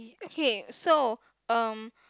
okay so um